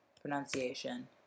pronunciation